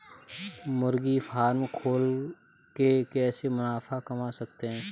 मुर्गी फार्म खोल के कैसे मुनाफा कमा सकते हैं?